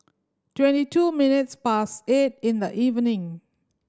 twenty two minutes past eight in the evening